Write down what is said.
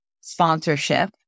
sponsorship